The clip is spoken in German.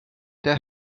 der